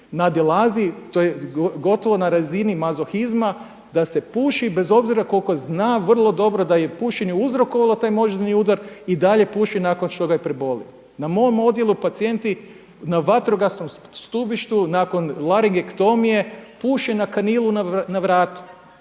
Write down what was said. nadilazi to je gotovo na razini mazohizma da se puši bez obzira koliko zna vrlo dobro da je pušenje uzrokovalo taj moždani udar i dalje puši nakon što ga je prebolio. Na mom odjelu pacijenti na vatrogasnom stubištu nakon laringektomije puše na kanilu na vratu.